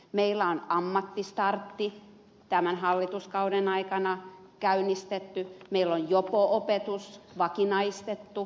meillä on ammattistartti tämän hallituskauden aikana käynnistetty meillä on jopo opetus vakinaistettu